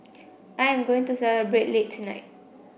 I am going to celebrate late tonight